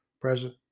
present